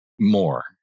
more